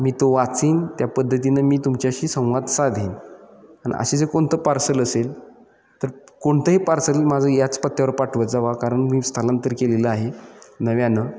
मी तो वाचीन त्या पद्धतीनं मी तुमच्याशी संवाद साधेन आणि असे जे कोणतं पार्सल असेल तर कोणतंही पार्सल माझं याच पत्त्यावर पाठवत जावा कारण मी स्थलांतर केलेलं आहे नव्यानं